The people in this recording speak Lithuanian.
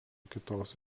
kitos